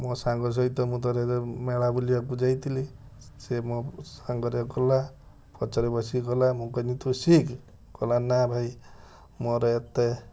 ମୋ ସାଙ୍ଗ ସହିତ ମୁଁ ଥରେ ମେଳା ବୁଲିବାକୁ ଯାଇଥିଲି ସିଏ ମୋ ସାଙ୍ଗରେ ଗଲା ପଛରେ ବସିକି ଗଲା ମୁଁ କହିନି ତୁ ଶିଖ କହିଲା ନା ଭାଇ ମୋର ଏତେ